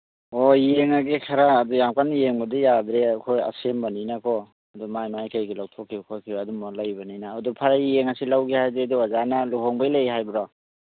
ꯑꯣ ꯌꯦꯡꯉꯒꯦ ꯈꯔ ꯌꯥꯝ ꯀꯟ ꯌꯦꯡꯕꯗꯤ ꯌꯥꯗ꯭ꯔꯦ ꯑꯩꯈꯣꯏ ꯑꯁꯦꯝꯕꯅꯤꯅꯀꯣ ꯑꯗꯣ ꯃꯥꯒꯤ ꯃꯥꯒꯤ ꯀꯩꯒꯤ ꯂꯧꯊꯣꯛꯈꯤꯕ ꯈꯣꯠꯈꯤꯕ ꯑꯗꯨꯝꯕ ꯂꯩꯕꯅꯤꯅ ꯑꯗꯨ ꯐꯔꯦ ꯌꯦꯡꯉꯁꯤ ꯂꯧꯒꯦ ꯍꯥꯏꯔꯗꯤ ꯑꯗꯨ ꯑꯣꯖꯥꯅ ꯂꯨꯍꯣꯡꯕ ꯂꯩ ꯍꯥꯏꯕ꯭ꯔꯣ